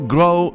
Grow